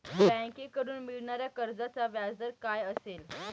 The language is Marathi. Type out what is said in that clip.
बँकेकडून मिळणाऱ्या कर्जाचा व्याजदर काय असेल?